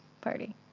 party